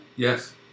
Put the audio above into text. Yes